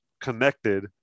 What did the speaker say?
connected